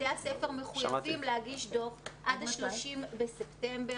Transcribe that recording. בתי הספר מחויבים להגיש דוח עד ה-30 בספטמבר.